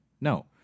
No